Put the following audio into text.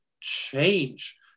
change